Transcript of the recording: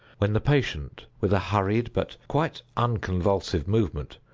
when the patient, with a hurried but quite unconvulsive movement,